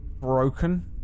broken